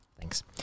thanks